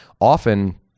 often